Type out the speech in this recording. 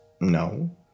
No